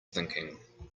thinking